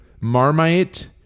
Marmite